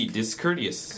Discourteous